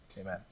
amen